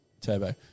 Turbo